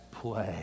play